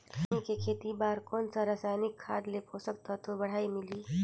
सेमी के खेती बार कोन सा रसायनिक खाद ले पोषक तत्व बढ़िया मिलही?